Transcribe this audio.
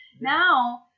Now